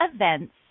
Events